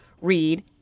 read